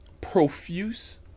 profuse